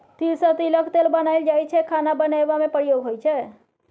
तिल सँ तिलक तेल बनाएल जाइ छै खाना बनेबा मे प्रयोग होइ छै